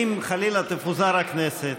אם חלילה תפוזר הכנסת,